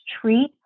treat